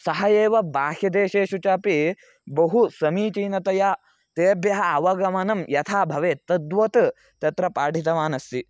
सः एव बाह्यदेशेषु च अपि बहु समीचीनतया तेभ्यः अवगमनं यथा भवेत् तद्वत् तत्र पाठितवान् अस्ति